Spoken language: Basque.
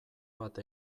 bat